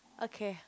okay